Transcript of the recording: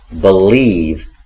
believe